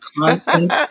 constant